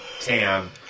Tam